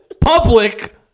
Public